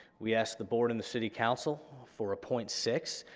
we asked the board and the city council for a point six.